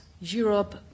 Europe